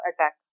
attack